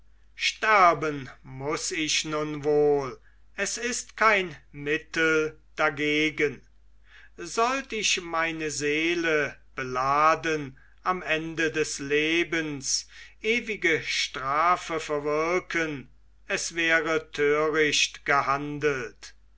sterben muß ich nun wohl es ist kein mittel dagegen sollt ich meine seele beladen am ende des lebens ewige strafe verwirken es wäre töricht gehandelt